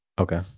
Okay